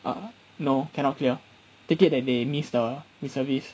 err no cannot clear take it that they miss the reservist